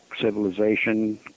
civilization